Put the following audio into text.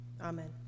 Amen